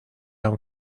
han